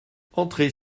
entrez